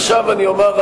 עכשיו אני אומר,